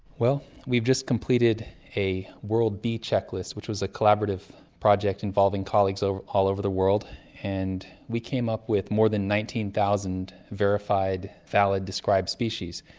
well, we've just competed a world bee checklist, which was a collaborative project involving colleagues all over the world. and we came up with more then nineteen thousand verified, valid described species.